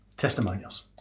Testimonials